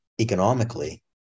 economically